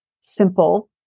simple